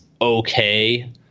okay